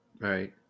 Right